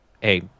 hey